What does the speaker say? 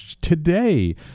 today